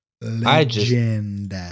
Legend